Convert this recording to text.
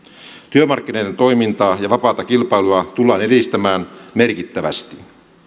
työmarkkinoiden toimintaa ja vapaata kilpailua tullaan edistämään merkittävästi